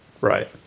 right